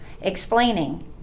explaining